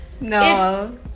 No